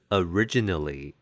originally